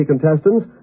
contestants